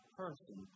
person